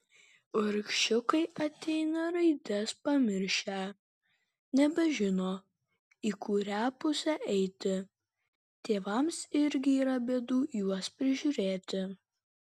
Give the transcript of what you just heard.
vargšiukai ateina raides pamiršę nebežino į kurią pusę eiti tėvams irgi yra bėdų juos prižiūrėti